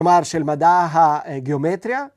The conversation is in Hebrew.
‫כלומר, של מדע הגיאומטריה.